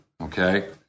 okay